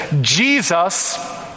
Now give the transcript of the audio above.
Jesus